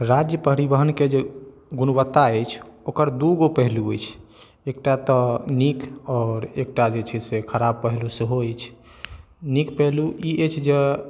राज्य परिवहन के जे गुणवत्ता अछि ओकर दूगो पहलू अछि एकटा तऽ नीक आओर एकटा जे छै से खराब पहलू सेहो अछि नीक पहलू ई अछि जे